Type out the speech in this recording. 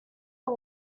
are